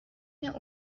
mehr